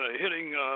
hitting